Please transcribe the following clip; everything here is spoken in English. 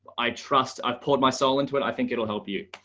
i trust i've poured my soul into it, i think it'll help you.